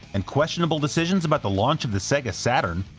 and questionable decisions about the launch of the sega saturn,